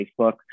Facebook